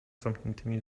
zamkniętymi